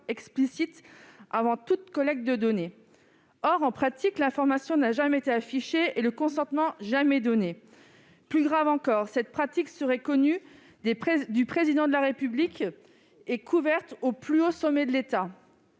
explicite avant toute collecte de données. Or, en pratique, l'information n'est jamais affichée, et le consentement jamais donné. Plus grave encore, cette pratique serait connue du Président de la République et couverte au plus haut de l'État.